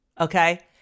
Okay